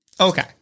Okay